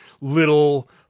little –